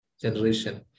generation